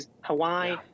Hawaii